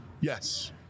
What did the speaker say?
yes